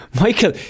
Michael